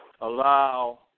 allow